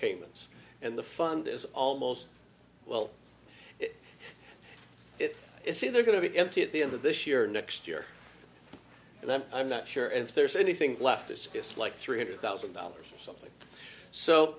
payments and the fund is almost well it is either going to be empty at the end of this year or next year and then i'm not sure if there's anything left this is like three hundred thousand dollars something so